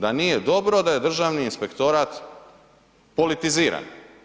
Da nije dobro da je državni inspektorat politiziran.